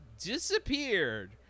disappeared